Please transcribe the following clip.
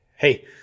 hey